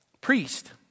priest